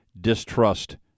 distrust